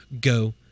go